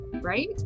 right